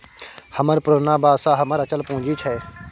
हमर पुरना बासा हमर अचल पूंजी छै